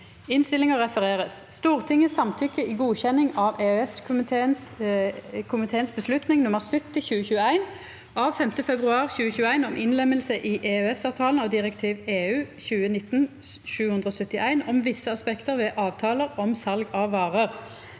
v e d t a k : Stortinget samtykker i godkjenning av EØS-komiteens beslutning nr. 70/2021 av 5. februar 2021 om innlemmelse i EØS-avtalen av direktiv (EU) 2019/771 om visse aspekter ved avtaler om salg av varer.